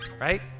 Right